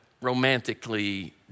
Romantically